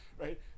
Right